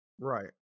right